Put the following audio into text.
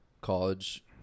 college